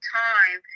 time